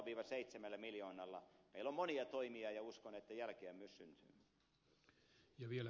meillä on monia toimia ja uskon että jälkeä myös syntyy